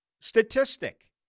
statistic